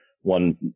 one